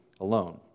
alone